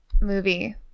movie